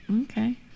Okay